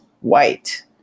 white